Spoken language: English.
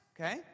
Okay